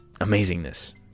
amazingness